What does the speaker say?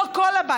לא כל הבית,